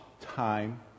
time